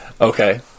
Okay